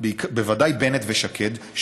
בוודאי בנט ושקד,